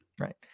Right